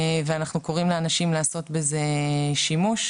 אנחנו קוראים לאנשים לעשות בזה שימוש.